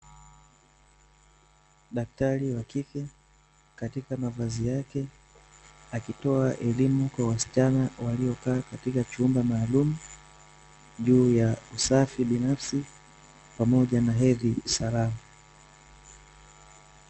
Daktari wa kike, katika mavazi yake akitoa elimu kwa wasichana waliokaa katika chumba maalumu, juu ya usafi binafsi , pamoja na hedhi salama.